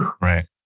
Right